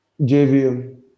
JVM